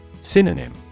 Synonym